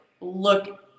look